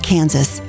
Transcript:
Kansas